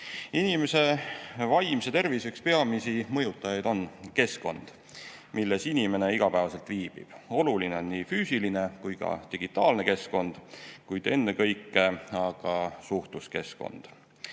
Inimese vaimse tervise peamisi mõjutajaid on keskkond, milles inimene igapäevaselt viibiv. Oluline on nii füüsiline kui ka digitaalne keskkond, kuid ennekõike suhtluskeskkond.